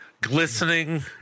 glistening